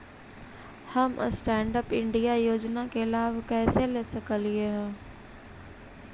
हम stand up India योजना के लाभ कइसे ले सकलिअई हे